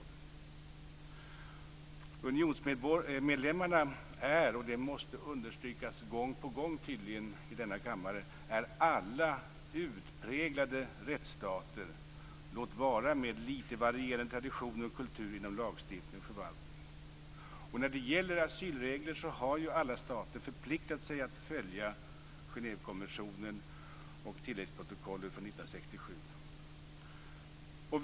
Alla unionsmedlemmarna är, och det måste tydligen understrykas gång på gång i denna kammare, utpräglade rättsstater - låt vara med litet varierande traditioner och kultur inom lagstiftning och förvaltning. När det gäller asylregler har ju alla stater förpliktat sig att följa Genèvekonventionen och tilläggsprotokollet från 1967.